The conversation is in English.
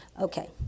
Okay